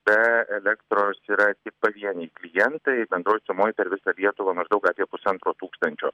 be elektros yra tik pavieniai klientai bendroj sumoj per visą lietuvą maždaug apie pusantro tūkstančio